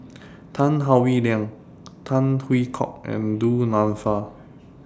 Tan Howe Liang Tan Hwee Hock and Du Nanfa